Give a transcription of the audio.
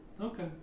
Okay